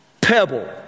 pebble